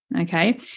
okay